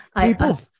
People